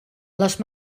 les